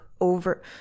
over